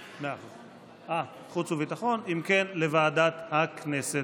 אה, חוץ וביטחון, אם כן, לוועדת הכנסת.